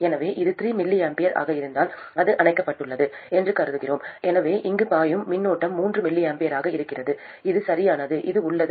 எனவே இது 3 mA ஆக இருந்தால் இது அணைக்கப்பட்டுள்ளது என்று கருதுகிறோம் எனவே இங்கு பாயும் மின்னோட்டம் 3 mA ஆக இருக்கும் அது சரியானது இது உள்ளது